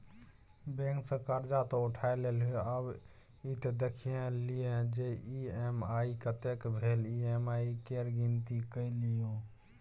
bank सँ करजा तँ उठा लेलहुँ आब ई त देखि लिअ जे ई.एम.आई कतेक भेल ई.एम.आई केर गिनती कए लियौ